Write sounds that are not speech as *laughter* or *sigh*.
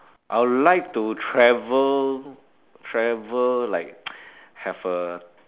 I would like to travel travel like *noise* have a